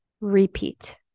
Repeat